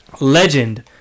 Legend